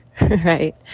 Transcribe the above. right